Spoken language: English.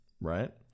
right